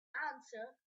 answer